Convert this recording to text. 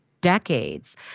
decades